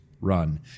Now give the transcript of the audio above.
run